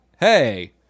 hey